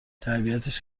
تربیتش